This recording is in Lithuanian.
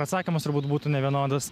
atsakymas turbūt būtų nevienodas